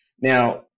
Now